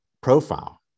profile